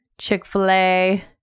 Chick-fil-A